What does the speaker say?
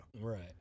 right